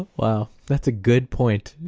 wow, that's a good point.